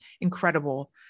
incredible